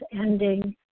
ending